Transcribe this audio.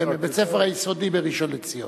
והם מבית-ספר יסודי בראשון-לציון.